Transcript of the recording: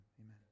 amen